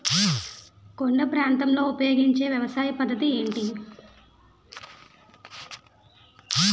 కొండ ప్రాంతాల్లో ఉపయోగించే వ్యవసాయ పద్ధతి ఏంటి?